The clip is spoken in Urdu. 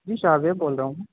جی شاہ زیب بول رہا ہوں